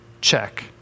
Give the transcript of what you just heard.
check